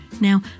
Now